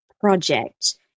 project